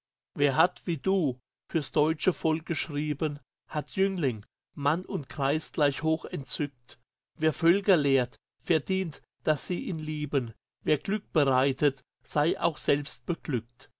wer hat wie du fürs deutsche volk geschrieben hat jüngling mann und greis gleich hoch entzückt wer völker lehrt verdient daß sie ihn lieben wer glück bereitet sei auch selbst beglückt